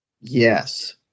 Yes